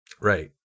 Right